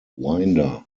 winder